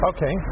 Okay